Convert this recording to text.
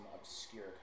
obscure